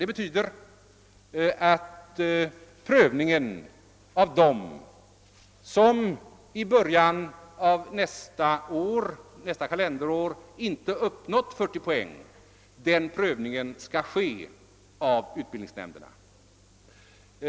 Det innebär att prövningen av dem som i början av nästa kalenderår inte har uppnått 40 poäng skall göras av utbildningsnämnderna.